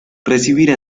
recibir